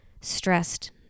stressed